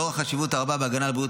לאור החשיבות הרבה בהגנה על בריאות